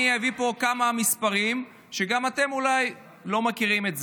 אני אביא פה כמה מספרים שאתם אולי לא מכירים.